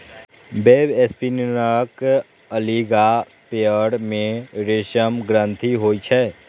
वेबस्पिनरक अगिला पयर मे रेशम ग्रंथि होइ छै